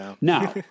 Now